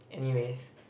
anyways